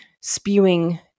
spewing